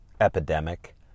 epidemic